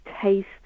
taste